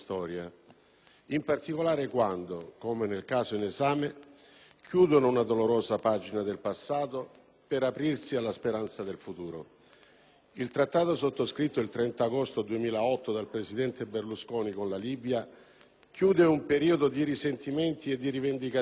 in particolare quando, come nel caso in esame, chiudono una dolorosa pagina del passato per aprirsi alla speranza del futuro. Il Trattato sottoscritto il 30 agosto 2008 dal presidente Berlusconi con la Libia chiude un periodo di risentimenti e di rivendicazioni